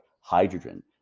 hydrogen